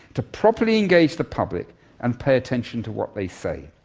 to properly engage the public and pay attention to what they say.